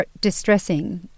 distressing